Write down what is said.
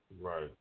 Right